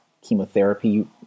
chemotherapy